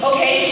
Okay